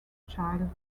child